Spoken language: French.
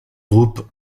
groupe